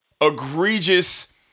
egregious